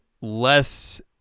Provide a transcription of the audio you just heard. less